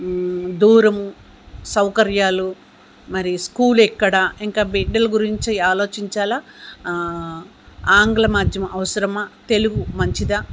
దూరము సౌకర్యాలు మరి స్కూల్ ఎక్కడ ఇంకా బిడ్డల గురించి ఆలోచించాలా ఆంగ్ల మాధ్యమం అవసరమా తెలుగు మంచిదా